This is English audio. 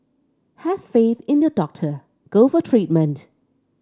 have faith in your doctor go for treatment